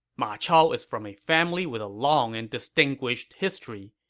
ma chao is from a family with a long and distinguished history.